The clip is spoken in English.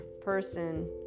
person